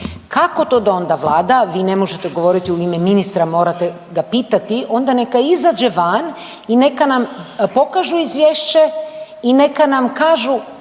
kako to da onda vlada. Vi ne možete govoriti u ime ministra, morate ga pitati onda neka izađe van i neka nam pokažu izvješće i neka nam kažu